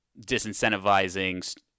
disincentivizing